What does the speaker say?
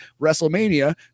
WrestleMania